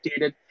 updated